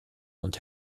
und